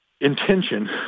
intention